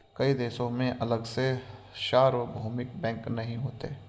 कई देशों में अलग से सार्वभौमिक बैंक नहीं होते